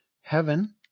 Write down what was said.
Heaven